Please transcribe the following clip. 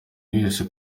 wese